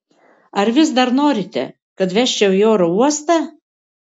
ar vis dar norite kad vežčiau į oro uostą